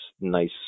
nice